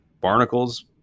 barnacles